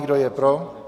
Kdo je pro?